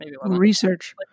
Research